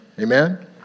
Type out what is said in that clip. Amen